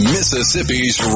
Mississippi's